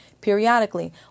periodically